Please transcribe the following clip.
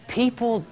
people